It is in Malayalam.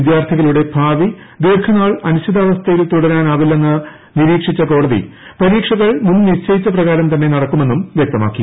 വിദ്യാർഥികളുടെ ഭാവി ദീർഘനാൾ അനിശ്ചിതാവസ്ഥയിൽ തുടരാനാവില്ലെന്ന് നിരീക്ഷിച്ച കോടതി പരീക്ഷകൾ മുൻനിശ്ചയിച്ച പ്രകാരം തന്നെ നടക്കുമെന്നും വ്യക്തമാക്കി